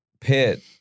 pit